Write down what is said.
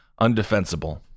undefensible